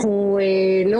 אנחנו לא